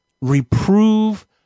reprove